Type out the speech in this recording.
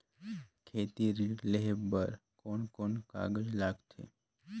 खेती ऋण लेहे बार कोन कोन कागज लगथे?